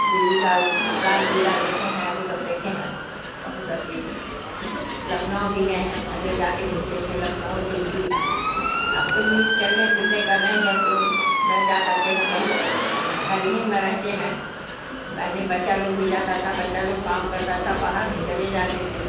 دلّی کا وہ لال قلعہ دیکھے ہیں وہ سب دیکھے ہیں بہت ساری لکھنؤ بھی گئے ہیں پہلے زیادہ گھومتے تھے لکھنؤ دلّی اب تو بھیل چلنے پھرنے کا نہیں ہے جو نہیں جا سکتے ہیں کہیں گھر ہی میں رہتے ہیں پہلے بچہ لوگ بھی جاتا تھا بچہ لوگ کام کرتا تھا باہر تو چلے جاتے تھے